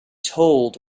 told